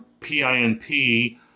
PINP